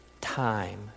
time